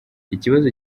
ikibazo